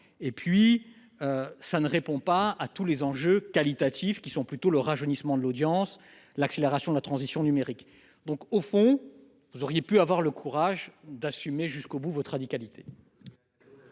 et puis. Ça ne répond pas à tous les enjeux qualitatifs qui sont plutôt le rajeunissement de l'audience, l'accélération de la transition numérique. Donc au fond, vous auriez pu avoir le courage d'assumer jusqu'au bout. Votre radicalité.